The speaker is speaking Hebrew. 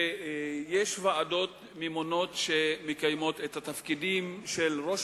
ויש ועדות ממונות שמקיימות את התפקידים של ראש